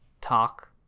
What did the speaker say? talk